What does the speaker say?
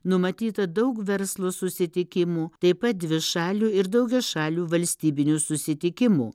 numatyta daug verslo susitikimų taip pat dvišalių ir daugiašalių valstybinių susitikimų